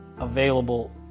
available